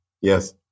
Yes